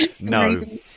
No